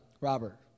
Robert